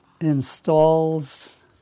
installs